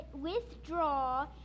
withdraw